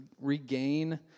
regain